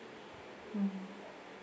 mm